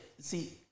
see